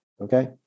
okay